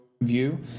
view